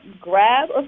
grab